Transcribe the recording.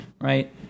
right